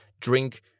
drink